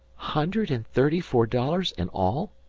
hundred an' thirty-four dollars an' all?